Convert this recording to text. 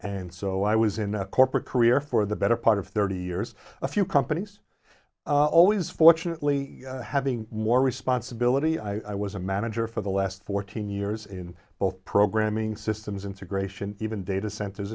and so i was in a corporate career for the better part of thirty years a few companies always fortunately having more responsibility i was a manager for the last fourteen years in both programming systems integration even data centers